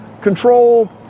control